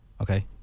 Okay